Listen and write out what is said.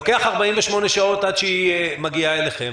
לוקח 48 שעות עד שהיא מגיעה אליכם.